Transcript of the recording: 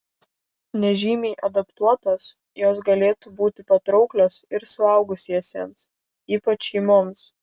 nežymiai adaptuotos jos galėtų būti patrauklios ir suaugusiesiems ypač šeimoms